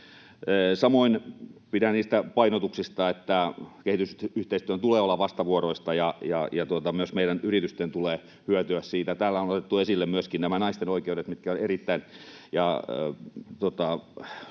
Samoin pidän niistä painotuksista, että kehitysyhteistyön tulee olla vastavuoroista ja myös meidän yritysten tulee hyötyä siitä. Täällä on otettu esille myöskin naisten oikeudet ja